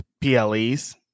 PLEs